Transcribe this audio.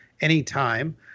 anytime